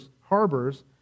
harbors